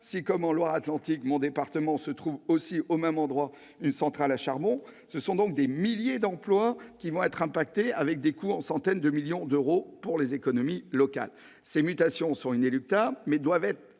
si, comme en Loire-Atlantique, mon département, se trouve aussi au même endroit une centrale à charbon, des milliers d'emplois seront impactés, les coûts se comptant en centaines de millions d'euros pour les économies locales. Ces mutations sont inéluctables, mais doivent être